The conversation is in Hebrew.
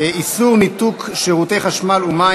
איסור ניתוק שירותי חשמל ומים